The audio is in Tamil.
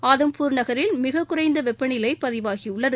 ஆதம்பூர் நகரில் மிக குறைந்த வெப்பநிலை பதிவாகியுள்ளது